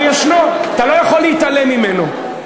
אתה לא יכול להתעלם ממנו.